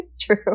True